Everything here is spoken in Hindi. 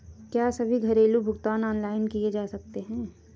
क्या सभी घरेलू भुगतान ऑनलाइन किए जा सकते हैं?